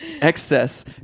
Excess